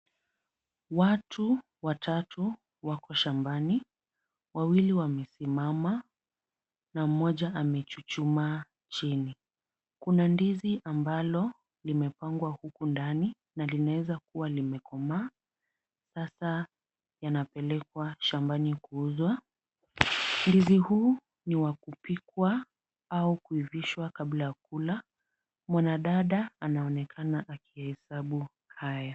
Watu watatu wako shambani, wawili wamesimama na mmoja amechuchuma chini. Kuna ndizi ambalo limepangwa huku ndani na linawezakua limekomaa. Sasa yanapelekwa shambani kuuzwa. Ndizi huu ni wa kupikwa, au kuivishwa kabla ya kukula. Mwanadada anaonekana akihesabu haya.